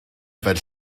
fel